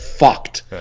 fucked